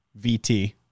VT